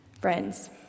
Friends